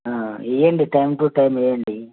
వేయండి time to time వేయండి